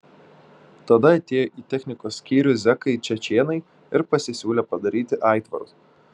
tada atėjo į technikos skyrių zekai čečėnai ir pasisiūlė padaryti aitvarus